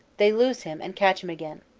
they lose him and catch him again.